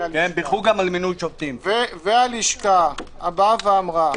הלשכה אמרה,